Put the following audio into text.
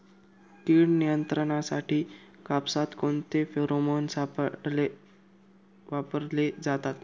कीड नियंत्रणासाठी कापसात कोणते फेरोमोन सापळे वापरले जातात?